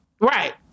right